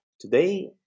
Today